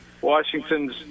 Washington's